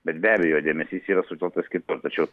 bet be abejo dėmesys yra sutelktas kitur tačiau